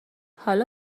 حالا